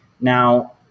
Now